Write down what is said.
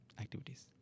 activities